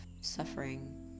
suffering